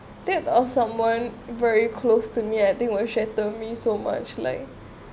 death of someone very close to me I think will shatter me so much like